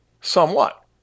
somewhat